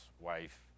wife